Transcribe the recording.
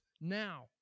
now